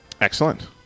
Excellent